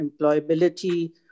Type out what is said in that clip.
employability